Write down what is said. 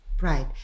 Right